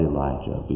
Elijah